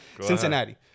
Cincinnati